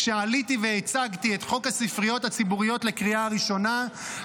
כשעליתי והצגתי את חוק הספריות הציבוריות לקריאה ראשונה,